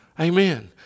Amen